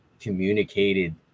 communicated